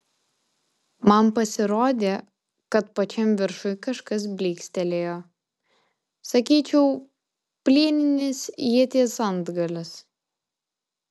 man pasirodė kad pačiam viršuj kažkas blykstelėjo sakyčiau plieninis ieties antgalis